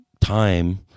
time